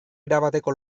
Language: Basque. erabateko